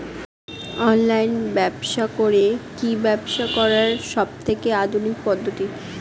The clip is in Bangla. অনলাইন ব্যবসা করে কি ব্যবসা করার সবথেকে আধুনিক পদ্ধতি?